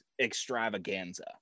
extravaganza